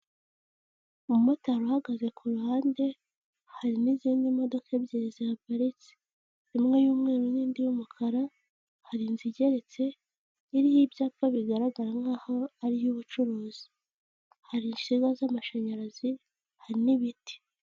Umumotari uhahagaze ku ruhande hari n'izindi modoka ebyiri ziparitse, imwe y'umweru n'indi y'umukara, hari inzu igeretse iriho ibyapa bigaragara nk'aho ari iy'ubucuruzi, hari insinga z'amashanyarazi, hari n'ibiti.